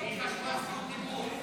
היא חשבה שזאת זכות דיבור.